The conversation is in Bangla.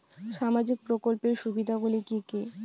সামাজিক প্রকল্পের সুবিধাগুলি কি কি?